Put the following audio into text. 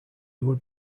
would